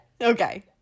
Okay